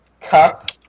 cup